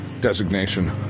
designation